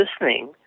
listening